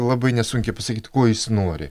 labai nesunkiai pasakyti ko jis nori